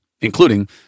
including